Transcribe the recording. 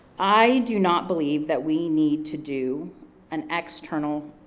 i do not believe that we need to do an external